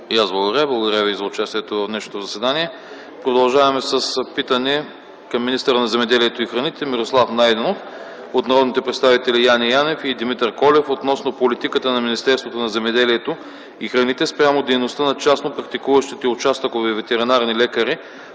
Благодаря Ви за участието в днешното заседание. Продължаваме с питане към министъра на земеделието и храните Мирослав Найденов от народните представители Яне Янев и Димитър Колев относно политиката на Министерството на земеделието и храните спрямо дейността на частно практикуващите участъкови ветеринарни лекари